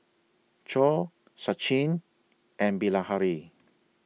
Choor Sachin and Bilahari